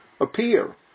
appear